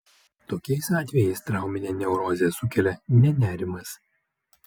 tokiais atvejais trauminę neurozę sukelia ne nerimas